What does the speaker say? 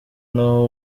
ntaho